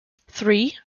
three